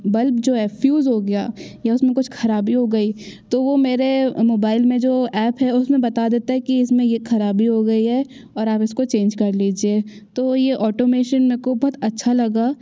bulb जो है fuse हो गया या उसमें कुछ खराबी हो गई तो वो मेरे मोबाइल में जो ऐप है उसमें बता देता है कि इसमें ये खराबी हो गई है और आप इसको चेंज कर लीजिए तो ये ऑटोमेशन मेको बहुत अच्छा लगा